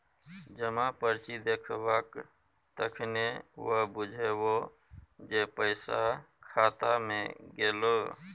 जमा पर्ची देखेबहक तखने न बुझबौ जे पैसा खाता मे गेलौ